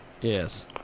Yes